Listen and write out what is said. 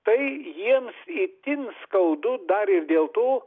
tai jiems itin skaudu dar ir dėl to